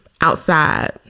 outside